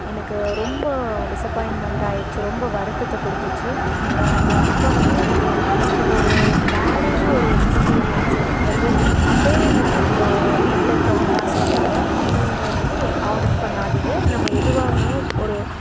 எனக்கு ரொம்ப டிஸ்சபாயின்மெண்டாக ஆகிருச்சு ரொம்ப வருத்தத்தை கொடுத்திச்சி அப்போ வந்து எனக்கு அது ஒரு பேடான ஒரு எக்ஸ்பீரியன்ஸ் எனக்கு வந்து அப்பவே வந்து வீட்டில் இருக்கறவங்கலாம் சொன்னாங்க ஆன்லைனில் வந்து ஆர்டர் பண்ணாதீங்க நம்ம எதுவாகருந்தாலும் ஒரு